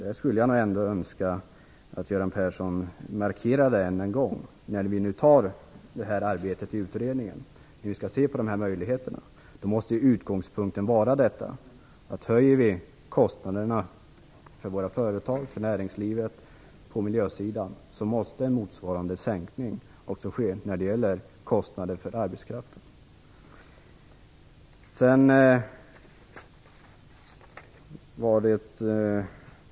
Jag skulle önska att Göran Persson än en gång markerade hur vi skall se på dessa möjligheter när vi nu påbörjar arbetet i utredningen. Utgångspunkten måste vara att om vi höjer kostnaderna för företagen och näringslivet på miljösidan, måste en motsvarande sänkning också ske när det gäller kostnaden för arbetskraften.